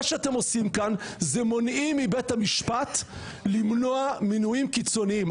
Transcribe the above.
מה שאתם עושים כאן זה מונעים מבית המשפט למנוע מינויים קיצוניים.